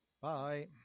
Bye